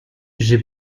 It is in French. j’ai